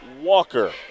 Walker